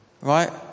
Right